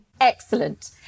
Excellent